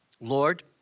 Lord